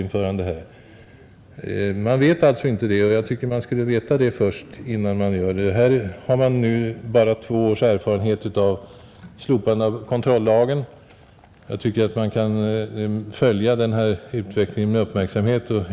Man vet det alltså inte, men jag tycker att man borde veta det först. Här har man nu bara två års erfarenheter av slopandet av kontrollagen. Jag tycker att man bör följa utvecklingen med uppmärksamhet.